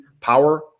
power